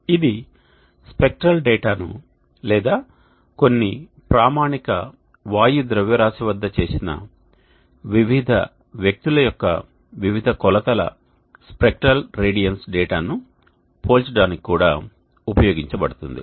ఇది స్పెక్ట్రల్ డేటాను లేదా కొన్ని ప్రామాణిక వాయు ద్రవ్యరాశి వద్ద చేసిన వివిధ వ్యక్తుల యొక్క వివిధ కొలతల స్పెక్ట్రల్ రేడియన్స్ డేటాను పోల్చడానికి కూడా ఉపయోగించబడుతుంది